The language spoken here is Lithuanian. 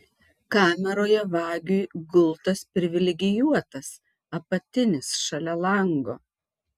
kameroje vagiui gultas privilegijuotas apatinis šalia lango